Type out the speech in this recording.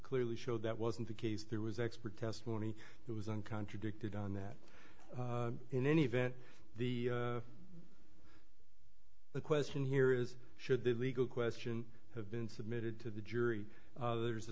clearly showed that wasn't the case there was expert testimony it was an contradicted on that in any event the the question here is should the legal question have been submitted to the jury as the